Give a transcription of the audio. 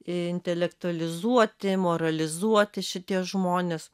intelektualizuoti moralizuoti šitie žmonės